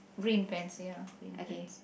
green fence ya green fence